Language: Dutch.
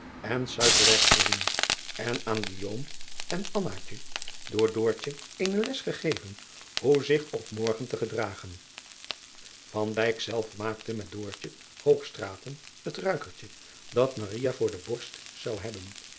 en suikerwerk voorzien en aan en door eene les gegeven hoe zich op morgen te gedragen zelf maakte met het ruikertje dat voor de borst zou hebben